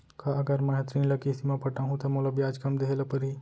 का अगर मैं हा ऋण ल किस्ती म पटाहूँ त मोला ब्याज कम देहे ल परही?